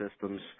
systems